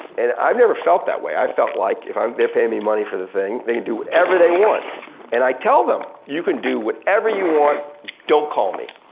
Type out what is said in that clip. and i never felt that way. i felt like if um they're payin' me money for the thing, they can and do whatever they want and i tell them you can do whatever you want, don't call me.